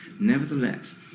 Nevertheless